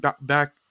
back